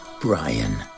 Brian